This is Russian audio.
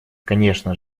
конечно